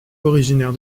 originaire